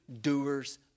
doers